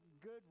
good